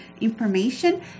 information